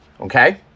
okay